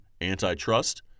antitrust